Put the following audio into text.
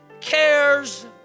cares